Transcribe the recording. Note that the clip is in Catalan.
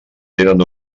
tenen